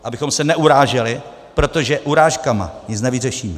Abychom se neuráželi, protože urážkami nic nevyřešíme.